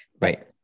right